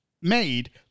made